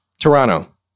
Toronto